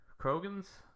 krogan's